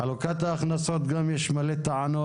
בעניין חלוקת ההכנסות גם יש הרבה טענות.